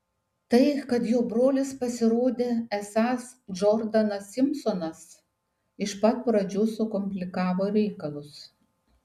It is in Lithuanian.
tai kad jo brolis pasirodė esąs džordanas simpsonas iš pat pradžių sukomplikavo reikalus